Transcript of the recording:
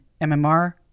MMR